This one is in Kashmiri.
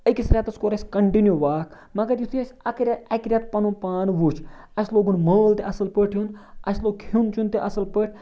أکِس رٮ۪تَس کوٚر اَسہِ کَنٹِنیوٗ واک مگر یُتھُے أسۍ اَکہِ رٮ۪تہٕ پَنُن پان وٕچھ اَسہِ لوگُن مٲل تہِ اَصٕل پٲٹھۍ یُن اَسہِ لوٚگ کھیوٚن چیوٚن تہِ اَصٕل پٲٹھۍ